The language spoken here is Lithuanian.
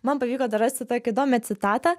man pavyko dar rasti tokią įdomią citatą